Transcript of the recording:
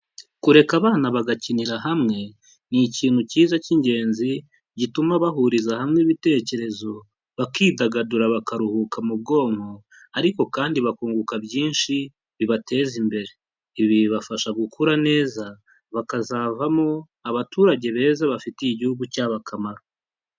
Kureka abana bagakinira hamwe ni ikintu cyiza cy'ingenzi gituma bahuriza hamwe ibitekerezo, bakidagadura bakaruhuka mu bwonko ariko kandi bakunguka byinshi bibateza imbere. Ibi bibafasha gukura neza bakazavamo abaturage beza bafitiye igihugu cyabo akamaro.